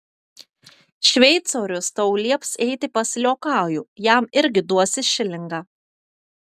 šveicorius tau lieps eiti pas liokajų jam irgi duosi šilingą